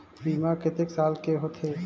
बीमा कतेक साल के होथे?